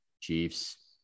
Chiefs